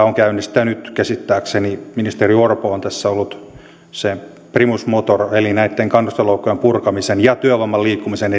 on käynnistänyt käsittääkseni ministeri orpo on tässä ollut se primus motor näitten kannustinloukkujen purkamisen ja työvoiman liikkumisen